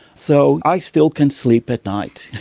so i still can sleep at night.